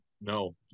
No